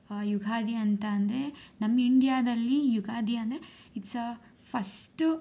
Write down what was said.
ಯುಗಾದಿ ಅಂತ ಅಂದರೆ ನಮ್ಮ ಇಂಡ್ಯಾದಲ್ಲಿ ಯುಗಾದಿ ಅಂದರೆ ಇಟ್ಸ್ ಅ ಫಸ್ಟು